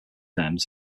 terms